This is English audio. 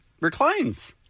reclines